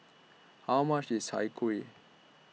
How much IS Chai Kueh